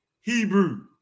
Hebrew